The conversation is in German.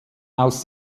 aus